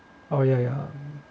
oh ya ya